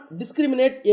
discriminate